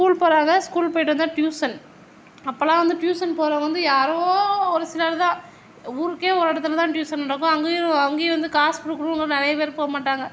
school போறாங்க school போயிட்டு வந்தா ட்யூஷன் அப்போலாம் ட்யூஷன் போகிறவங்க வந்து யாரோ ஒரு சிலர் தான் ஊருக்கே ஒரு இடத்துலே தான் ட்யூஷன் நடக்கும் அங்கேயும் அங்கேயும் வந்து காசு கொடுக்கணும்னு நிறையா பேர் போகமாட்டாங்க